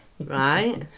right